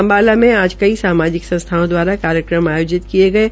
अम्बाला में आज कई सामाजिक संस्थाओं दवारा कार्यक्रम आयोजित किये गये